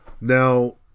now